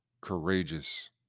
courageous